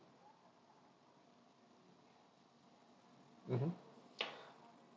mmhmm